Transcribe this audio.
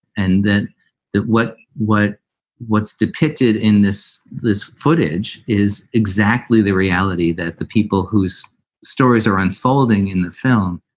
and that that what what what's depicted in this this footage is exactly the reality that the people whose stories are. and folding in the film.